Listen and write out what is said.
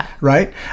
right